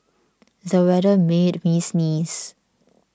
the weather made me sneeze